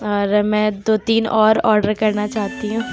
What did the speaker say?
اور میں دو تین اور آڈر کرنا چاہتی ہوں